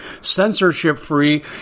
censorship-free